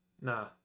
nah